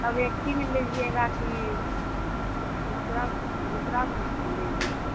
सब एक ही में लीजिएगा कि दूसरा दूसरा लीजिएगा